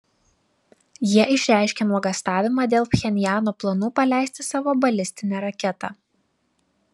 jie išreiškė nuogąstavimą dėl pchenjano planų paleisti savo balistinę raketą